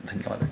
धन्यवादः